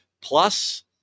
plus